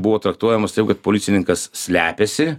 buvo traktuojamas taip kad policininkas slepiasi